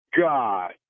God